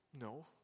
No